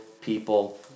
people